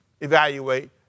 evaluate